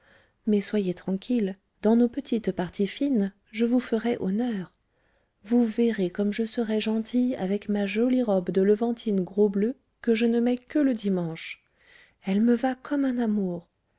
mais soyez tranquille dans nos petites parties fines je vous ferai honneur vous verrez comme je serai gentille avec ma jolie robe de levantine gros bleu que je ne mets que le dimanche elle me va comme un amour